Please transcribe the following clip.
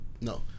No